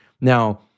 Now